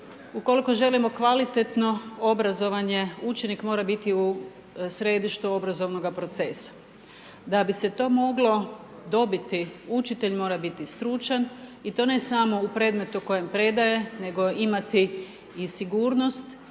Ukoliko želimo kvalitetno obrazovanje, učenik mora biti u središtu obrazovnoga procesa. Da bi se to moglo dobiti, učitelj mora biti stručan i to ne samo u predmetu koji predaje, nego imati i sigurnost